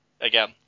again